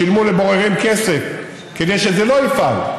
שילמו לבוררים כסף כדי שזה לא יפעל,